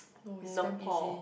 no is damn easy